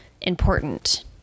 important